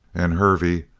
and hervey,